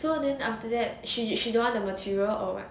so then after that she she don't want to material or what